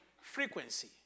frequency